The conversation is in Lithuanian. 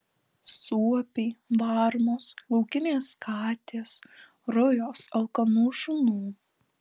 suopiai varnos laukinės katės rujos alkanų šunų